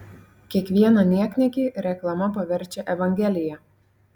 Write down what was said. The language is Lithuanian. kiekvieną niekniekį reklama paverčia evangelija